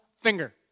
finger